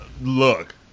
Look